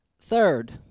Third